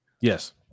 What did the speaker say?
Yes